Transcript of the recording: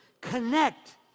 connect